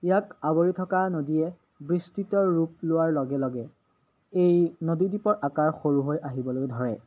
ইয়াক আৱৰি থকা নদীয়ে বিস্তৃত ৰূপ লোৱাৰ লগে লগে এই নদী দ্বীপৰ আকাৰ সৰু হৈ আহিবলৈ ধৰে